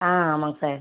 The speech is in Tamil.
ஆ ஆமாம்ங்க சார்